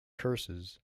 curses